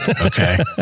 Okay